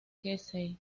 casey